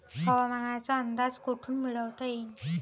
हवामानाचा अंदाज कोठून मिळवता येईन?